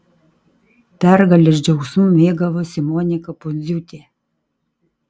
pergalės džiaugsmu mėgavosi monika pundziūtė